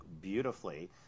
beautifully